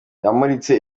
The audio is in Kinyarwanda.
yamuritse